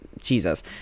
Jesus